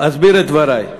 אסביר את דברי: